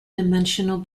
dimensional